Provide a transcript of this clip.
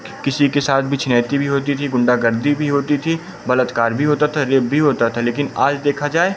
कि किसी के साथ भी छिनैती भी होती थी गुंडागर्दी बी होती थी बलत्कार भी होता था रेप भी होता था लेकिन आज देखा जाए